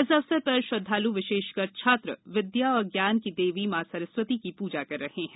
इस अवसर पर श्रद्वाल् विशेषकर छात्र विद्या और ज्ञान की देवी सरखती की प्रजा कर रहे हैं